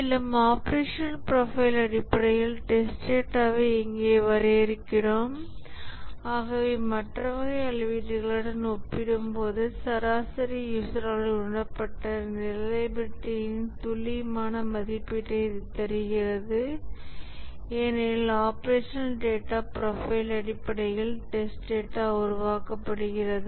மேலும் operational profile அடிப்படையில் test டேட்டாவை இங்கே வரையறுக்கிறோம் ஆகவே மற்ற வகை அளவீடுகளுடன் ஒப்பிடும்போது சராசரி யூசரால் உணரப்பட்ட ரிலையபிலிடியின் துல்லியமான மதிப்பீட்டை இது தருகிறது ஏனெனில் ஆபரேஷனல் டேட்டா ப்ரொஃபைல் அடிப்படையில் டெஸ்ட் டேட்டா உருவாக்கப்படுகிறது